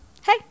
hey